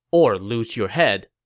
or lose your head.